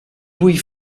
vull